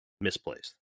misplaced